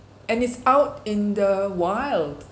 and it's out in the wild